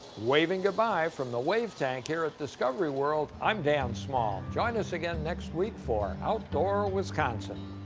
waving goodbye from the wave tank here at discovery world, i'm dan small. join us again next week for outdoor wisconsin